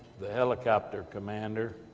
the helicopter commander,